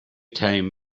time